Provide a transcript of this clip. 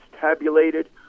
tabulated